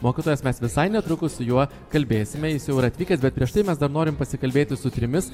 mokytojas mes visai netrukus su juo kalbėsime jis jau yra atvykęs bet prieš tai mes dar norim pasikalbėti su trimis